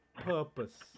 purpose